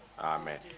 Amen